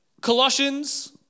Colossians